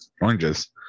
oranges